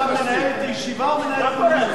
אדוני עכשיו מנהל את הישיבה או מנהל פולמוס?